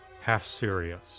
half-serious